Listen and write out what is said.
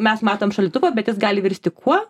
mes matom šaldytuvą bet jis gali virsti kuo